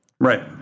Right